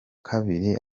kabiri